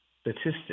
statistic